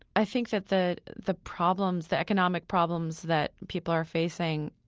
i think that the the problems, the economic problems, that people are facing,